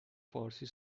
فارسی